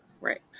Right